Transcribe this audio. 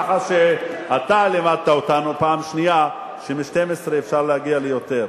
ככה שאתה לימדת אותנו פעם שנייה שמ-12 אפשר להגיע ליותר,